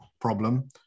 problem